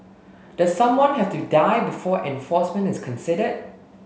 does someone have to die before enforcement is considered